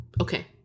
Okay